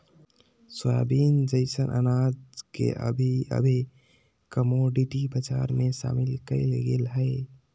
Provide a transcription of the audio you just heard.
soybean जैसन अनाज के अभी अभी कमोडिटी बजार में शामिल कइल गेल हइ